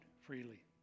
freely